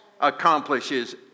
accomplishes